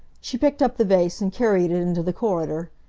she picked up the vase and carried it into the corridor,